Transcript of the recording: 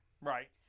Right